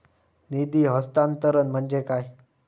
निधी हस्तांतरण म्हणजे काय?